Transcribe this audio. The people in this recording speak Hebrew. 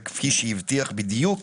כפי שהבטחת, אדוני היושב-ראש,